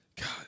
god